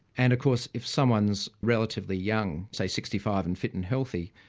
and of course if someone is relatively young, say sixty five and fit and healthy,